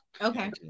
Okay